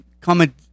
comment